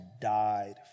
died